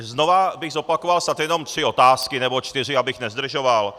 Znovu bych zopakoval snad jenom tři otázky nebo čtyři, abych nezdržoval.